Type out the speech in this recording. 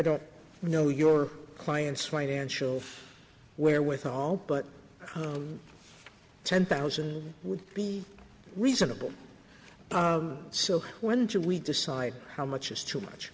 don't know your clients financial wherewithal but ten thousand would be reasonable so when should we decide how much is too much